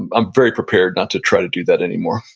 and i'm very prepared not to try to do that anymore.